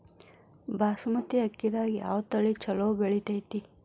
ಬಾಸುಮತಿ ಅಕ್ಕಿದಾಗ ಯಾವ ತಳಿ ಛಲೋ ಬೆಳಿತೈತಿ?